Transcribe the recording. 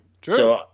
True